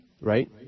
Right